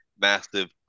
massive